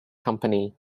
company